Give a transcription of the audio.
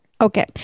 okay